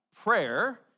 prayer